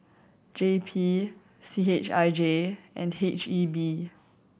J P C H I J and H E B